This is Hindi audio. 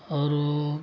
और वह